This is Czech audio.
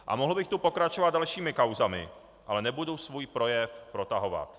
A mohl bych tu pokračovat dalšími kauzami, ale nebudu svůj projev protahovat.